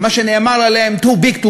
מה שנאמר עליהם: Too big to